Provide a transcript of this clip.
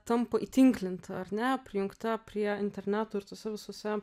tampa įtinklinta ar ne prijungta prie interneto ir tuose visuose